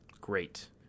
Great